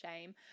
shame